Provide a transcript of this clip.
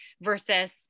Versus